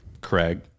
Craig